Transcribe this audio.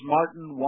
Martin